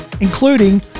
including